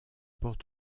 portent